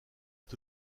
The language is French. est